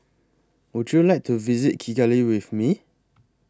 Would YOU like to visit Kigali with Me